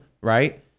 right